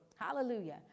Hallelujah